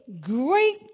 great